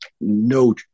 no